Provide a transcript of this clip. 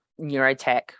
neurotech